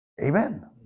Amen